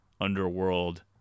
underworld